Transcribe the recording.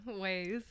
ways